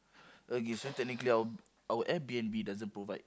okay so technically our our air-B_N_B doesn't provide